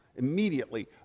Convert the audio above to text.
Immediately